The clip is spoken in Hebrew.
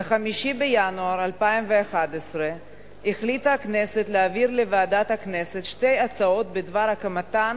ב-5 בינואר 2011 החליטה הכנסת להעביר לוועדת הכנסת שתי הצעות בדבר הקמתן